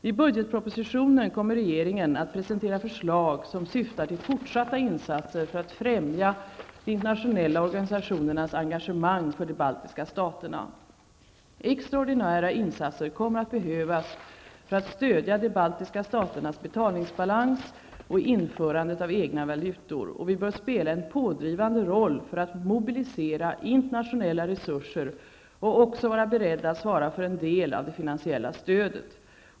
I budgetpropositionen kommer regeringen att presentera förslag som syftar till fortsatta insatser för att främja de internationella organisationernas engagemang för de baltiska staterna. Extraordinära insatser kommer att behövas för att stödja de baltiska staternas betalningsbalans och införandet av egna valutor. Vi bör spela en pådrivande roll för att mobilisera internationella resurser och också vara beredda att svara för en del av det finansiella stödet.